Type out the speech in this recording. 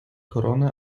koronę